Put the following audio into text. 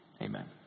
Amen